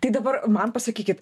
tai dabar man pasakykit